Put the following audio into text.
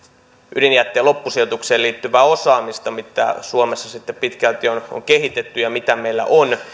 ydinjätteen loppusijoitukseen liittyvää osaamista mitä suomessa pitkälti on on kehitetty ja mitä meillä on